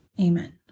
amen